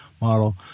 model